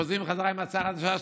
חוזרים בחזרה עם הצעה חדשה.